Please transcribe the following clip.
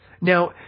Now